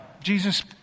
Jesus